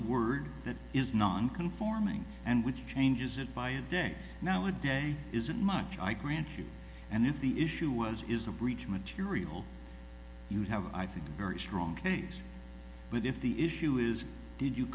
word that is non conforming and which changes it by a day now a day isn't much i grant you and if the issue was is a breach material you have i think very strong case but if the issue is